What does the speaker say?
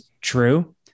true